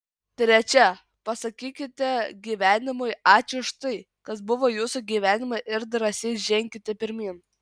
trečia pasakykite gyvenimui ačiū už tai kas buvo jūsų gyvenime ir drąsiai ženkite pirmyn